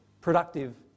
Productive